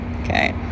okay